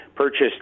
purchased